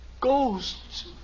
ghosts